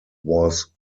was